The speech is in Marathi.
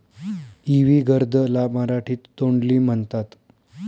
इवी गर्द ला मराठीत तोंडली म्हणतात